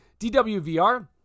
DWVR